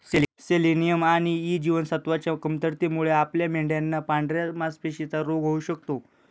selenium आणि E जीवनसत्वच्या कमतरतेमुळे आपल्या मेंढयांना पांढऱ्या मासपेशींचा रोग होऊ शकतो